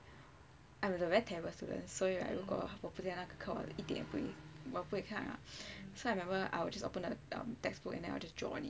I was a very terrible student 所以 right 如果我不喜欢那个课我不会看 ah so I remember I will just open up the textbook and I will just draw on it